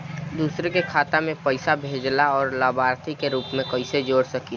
दूसरे के खाता में पइसा भेजेला और लभार्थी के रूप में कइसे जोड़ सकिले?